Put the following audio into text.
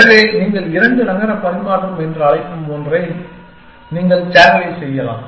எனவே நீங்கள் 2 நகர பரிமாற்றம் என்று அழைக்கும் ஒன்றை நீங்கள் சேனலைஸ் செய்யலாம்